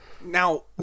Now